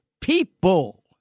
people